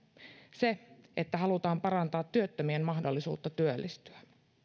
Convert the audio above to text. se että halutaan parantaa työttömien mahdollisuutta työllistyä